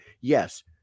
yes